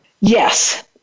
Yes